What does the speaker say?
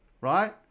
right